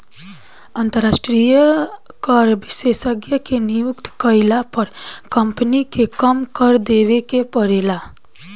अंतरास्ट्रीय कर विशेषज्ञ के नियुक्ति कईला पर कम्पनी के कम कर देवे के परेला